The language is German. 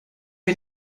wir